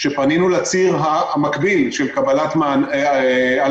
כשפנינו לציר המקביל של קבלת הלוואה